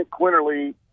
Quinterly